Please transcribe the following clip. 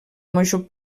major